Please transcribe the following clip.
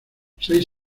seis